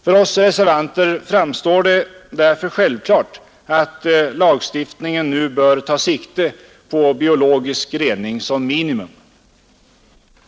För oss reservanter framstår det därför som självklart att lagstiftningen nu bör ta sikte på biologisk rening som minimum.